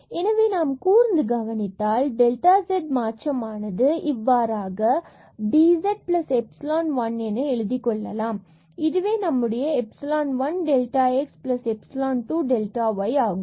Δxx2y2xΔyx2y2y எனவே நாம் கூர்ந்து கவனித்தால் தற்பொழுது டெல்டா z மாற்றமானது இவ்வாறாக dz epsilon 1 எழுதிக்கொள்ளலாம் இதுவே நம்முடைய epsilon 1 delta x epsilon 2 delta y ஆகும்